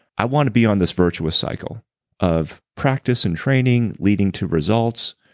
i wanna be on this virtuous cycle of practice and training, leading to results,